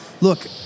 Look